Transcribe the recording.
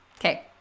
Okay